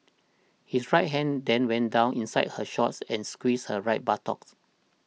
his right hand then went down inside her shorts and he squeezed her right buttocks